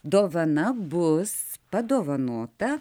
dovana bus padovanota